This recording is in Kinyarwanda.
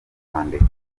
kwandika